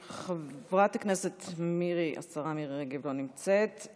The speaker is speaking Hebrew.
חברת הכנסת השרה מירי רגב, לא נמצאת.